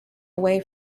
away